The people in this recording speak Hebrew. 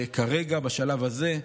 כרגע, בשלב הזה.